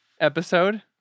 episode